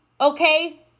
Okay